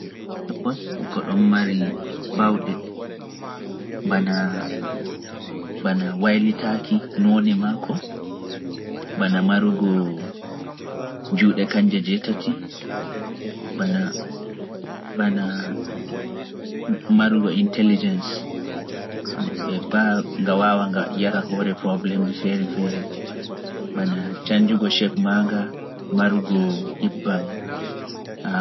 Octopus e ko ɗon mari baawɗe, bana waylitaaki noone maako, bana marugo juuɗe kanje jeetati, bana marugo intelligence mbaa! nga waawa nga yara hoore problémeji feere feere, bana canjugo shape maa nga, marugo ƴibbaŋ dan none fere.